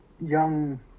young